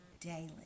Daily